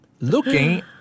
looking